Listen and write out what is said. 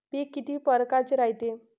पिकं किती परकारचे रायते?